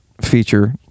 feature